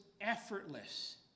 effortless